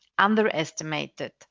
underestimated